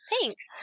Thanks